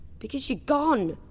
because you're gone.